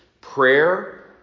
prayer